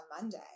Monday